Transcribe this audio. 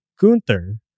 Gunther